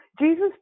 Jesus